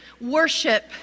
Worship